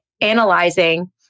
analyzing